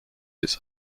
its